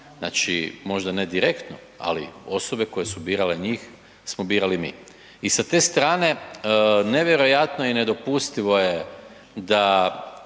Znači, možda ne direktno, ali osobe koje su birale njih smo birali mi. I sa te strane nevjerojatno je i nedopustivo je da